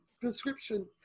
prescription